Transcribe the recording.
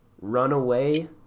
runaway